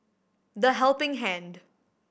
The Helping Hand